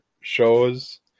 shows